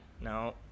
No